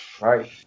right